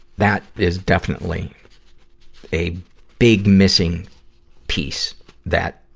that is definitely a big, missing piece that,